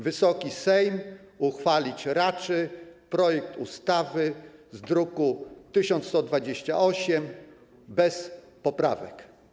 Wysoki Sejm uchwalić raczy projekt ustawy z druku nr 1128 bez poprawek.